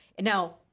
Now